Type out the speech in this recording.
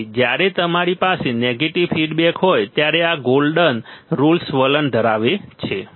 તેથી જ્યારે તમારી પાસે નેગેટિવ ફીડબેક હોય ત્યારે આ ગોલ્ડન રુલ્સ વલણ ધરાવે છે